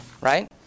right